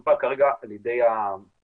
שמסופק כרגע על ידי החברות,